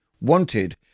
Wanted